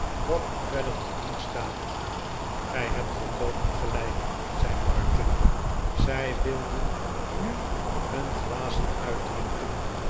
wat u verder te doen staat gij hebt volkomen gelijk zei martin zij wilden nu hun glazen uitdrinken